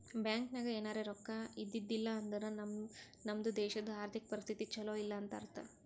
bank ನಾಗ್ ಎನಾರೇ ರೊಕ್ಕಾ ಇದ್ದಿದ್ದಿಲ್ಲ ಅಂದುರ್ ನಮ್ದು ದೇಶದು ಆರ್ಥಿಕ್ ಪರಿಸ್ಥಿತಿ ಛಲೋ ಇಲ್ಲ ಅಂತ ಅರ್ಥ